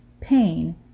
pain